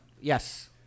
Yes